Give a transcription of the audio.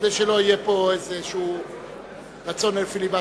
כדי שלא יהיה פה איזה רצון לפיליבסטר.